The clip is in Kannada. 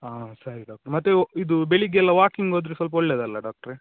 ಹಾಂ ಸರಿ ಡಾಕ್ಟ್ರೆ ಮತ್ತೆ ಇದು ಬೆಳಿಗ್ಗೆಯೆಲ್ಲ ವಾಕಿಂಗ್ ಹೋದರೆ ಸ್ವಲ್ಪ ಒಳ್ಳೇದಲ್ಲಾ ಡಾಕ್ಟ್ರೆ